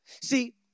See